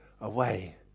away